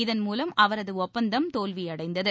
இதன் மூலம் அவரது ஒப்பந்தம் தோல்வியடைந்தது